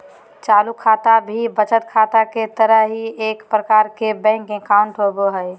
चालू खाता भी बचत खाता के तरह ही एक प्रकार के बैंक अकाउंट होबो हइ